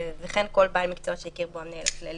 וכן כל בעל מקצוע שהכיר בו המנהל הכללי.